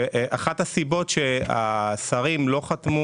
לא נחתם